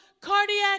cardiac